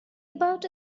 about